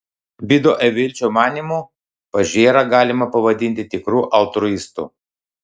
vido evilčio manymu pažėrą galima pavadinti tikru altruistu